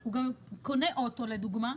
הוא גם קונה אוטו לדוגמה,